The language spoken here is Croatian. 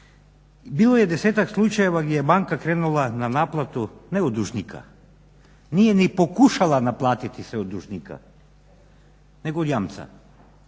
bilo je desetak slučajeva gdje je banka krenula u naplatu ne od dužnika nije ni pokušala naplatiti sve od dužnika nego od jamca